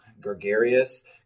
gregarious